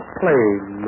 plane